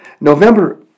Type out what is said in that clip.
November